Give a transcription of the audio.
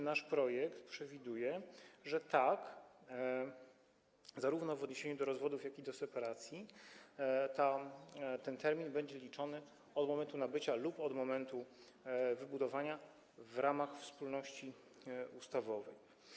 nasz projekt przewiduje, że zarówno w odniesieniu do rozwodów, jak i separacji ten termin będzie liczony od momentu nabycia lub od momentu wybudowania w ramach wspólności ustawowej.